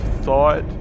thought